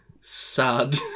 sad